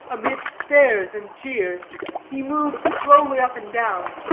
amid stares and jeers he moved slowly up and down,